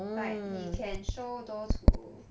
but he can show those who